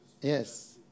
yes